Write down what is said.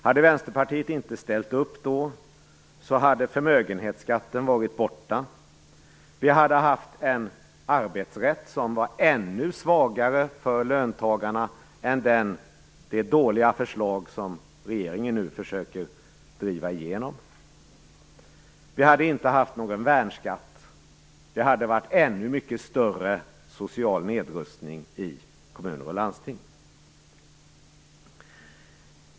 Hade Vänsterpartiet inte ställt upp då, hade förmögenhetsskatten varit borta, vi hade haft en arbetsrätt som var ännu svagare för löntagarna än det dåliga förslag som regeringen nu försöker driva igenom, vi hade inte haft någon värnskatt, och det hade varit ännu mycket större social nedrustning i kommuner och landsting.